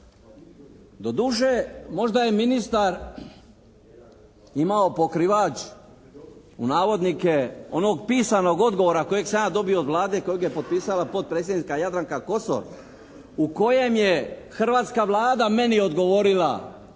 Doduše možda je ministar imao pokrivač u navodnike onog pisanog odgovora kojeg sam ja dobio od Vlade, kojeg je potpisala potpredsjednica Jadranka Kosor u kojem je hrvatska Vlada meni odgovorila